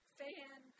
fan